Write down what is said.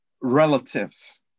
relatives